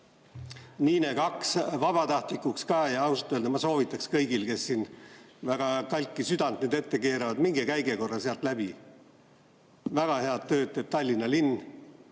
Niine 2 vabatahtlikuks. Ausalt öelda ma soovitaks kõigil, kes siin väga kalki südant nüüd ette keeravad: minge käige korra sealt läbi. Väga head tööd teeb Tallinna linn.